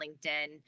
LinkedIn